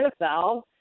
NFL